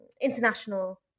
international